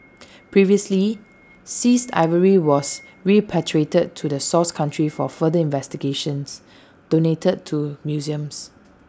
previously seized ivory was repatriated to the source country for further investigations donated to museums